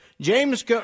James